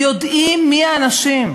יודעים מי האנשים,